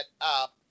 up